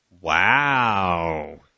Wow